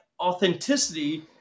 authenticity